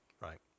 Right